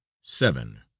seven